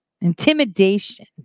Intimidation